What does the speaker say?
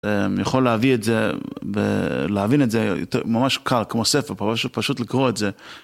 יכול להבין את זה ממש קל כמו ספר, פשוט לקרוא את זה.